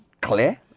clear